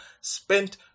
spent